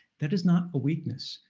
that is not a weakness.